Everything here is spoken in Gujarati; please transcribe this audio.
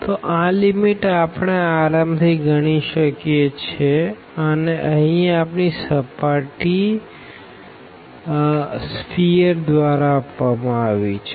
તો આ લીમીટ આપણે આરામ થી ગણી શકીએ છેઅને અહી આપણી સર્ફેસ સ્ફીઅર દ્વારા આપવામાં આવી છે